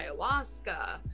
ayahuasca